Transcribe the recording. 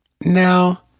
Now